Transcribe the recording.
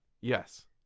Yes